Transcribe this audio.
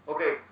Okay